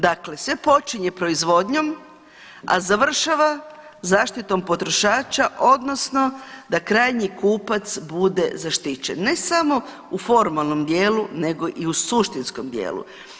Dakle, sve počinje proizvodnjom, a završava zaštitom potrošača odnosno da krajnji kupac bude zaštićen, ne samo u formalnom dijelu nego i u suštinskom dijelu.